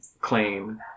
Claim